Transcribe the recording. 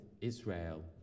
Israel